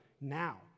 now